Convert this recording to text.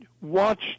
watch